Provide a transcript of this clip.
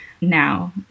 now